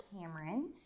Cameron